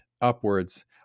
upwards